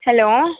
hello